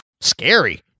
scary